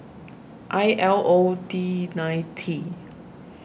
I L O D nine T